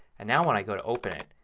and now when i go to open it,